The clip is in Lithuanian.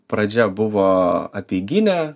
pradžia buvo apeiginė